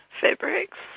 fabrics